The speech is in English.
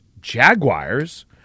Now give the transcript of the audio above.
Jaguars